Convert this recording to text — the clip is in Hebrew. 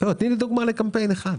תני לי דוגמה לקמפיין אחד.